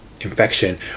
Infection